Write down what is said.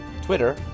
Twitter